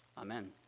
Amen